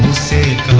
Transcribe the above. sade